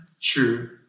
true